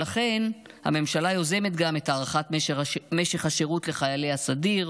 ולכן הממשלה יוזמת גם את הארכת משך השירות לחיילי הסדיר